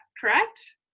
correct